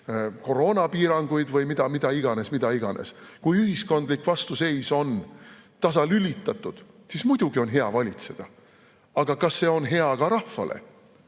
koroonapiiranguid või mida iganes. Kui ühiskondlik vastuseis on tasalülitatud, siis muidugi on hea valitseda. Aga kas see on hea ka rahvale?